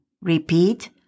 Repeat